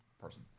Person